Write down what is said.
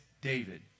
david